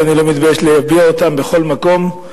ואני לא מתבייש להביע אותן בכל מקום,